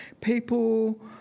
People